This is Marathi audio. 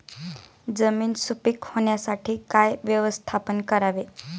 जमीन सुपीक होण्यासाठी काय व्यवस्थापन करावे?